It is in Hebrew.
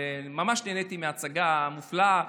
ממש נהניתי מההצגה המופלאה.